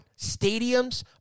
stadiums